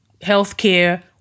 healthcare